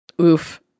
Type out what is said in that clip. Oof